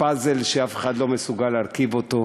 פאזל שאף אחד לא מסוגל להרכיב אותו,